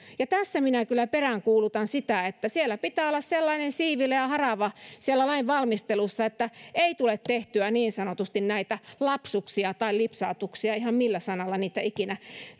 tässä minä kyllä peräänkuulutan sitä että pitää olla sellainen siivilä ja harava siellä lainvalmistelussa ettei tule tehtyä niin sanotusti näitä lapsuksia tai lipsautuksia ihan millä sanalla niitä ikinä